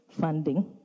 funding